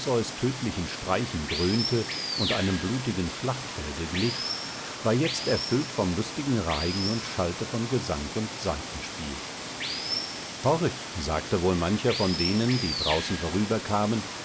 tötlichen streichen dröhnte und einem blutigen schlachtfelde glich war jetzt erfüllt vom lustigen reigen und schallte von gesang und saitenspiel horch sagte wohl mancher von denen die draußen vorüberkamen